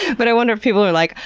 but i wonder if people are like,